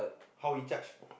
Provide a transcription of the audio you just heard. how he charge